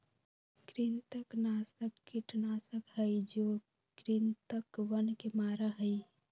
कृंतकनाशक कीटनाशक हई जो कृन्तकवन के मारा हई